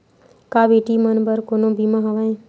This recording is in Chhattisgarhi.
का बेटी मन बर कोनो बीमा हवय?